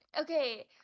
okay